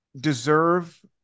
deserve